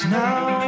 now